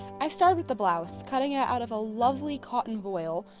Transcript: i started with the blouse, cutting it out of a lovely cotton voile,